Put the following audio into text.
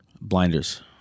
Blinders